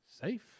Safe